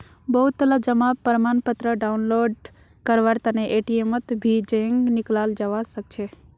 बहुतला जमा प्रमाणपत्र डाउनलोड करवार तने एटीएमत भी जयं निकलाल जवा सकछे